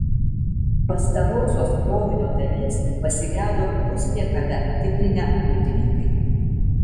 pastarosios krovinio dalies pasigedo puspriekabę tikrinę muitininkai